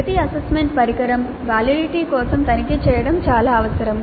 ప్రతి అసెస్మెంట్ పరికరం వాలిడిటీ కోసం తనిఖీ చేయడం చాలా అవసరం